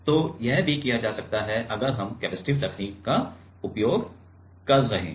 तो यह भी किया जा सकता है अगर हम कैपेसिटिव तकनीक का उपयोग कर रहे हैं